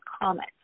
comment